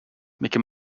mickey